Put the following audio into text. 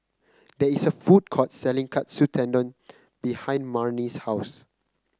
there is a food court selling Katsu Tendon behind Marnie's house